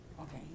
Okay